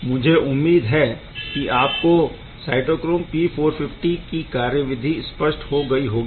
मुझे उम्मीद है कि आपको साइटोक्रोम P450 कि कार्यविधि स्पष्ट हो गई होगी